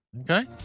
Okay